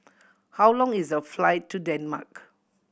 how long is the flight to Denmark